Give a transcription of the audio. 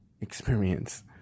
experience